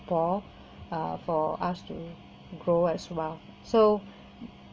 uh for us to grow as well so